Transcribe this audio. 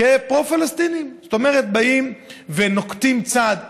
כפרו-פלסטיניים, זאת אומרת, באים ונוקטים צעד.